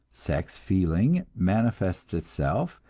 sex feeling manifests itself,